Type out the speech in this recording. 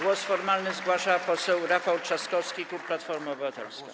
Wniosek formalny zgłasza poseł Rafał Trzaskowski, klub Platforma Obywatelska.